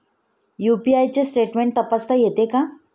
UPI चे statement तपासता येते का?